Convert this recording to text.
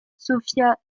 sofia